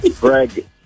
Greg